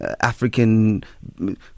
African